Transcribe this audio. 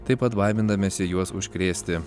taip pat baimindamiesi juos užkrėsti